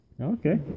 Okay